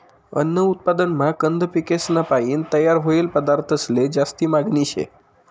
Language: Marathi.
अन्न उत्पादनमा कंद पिकेसपायीन तयार व्हयेल पदार्थंसले जास्ती मागनी शे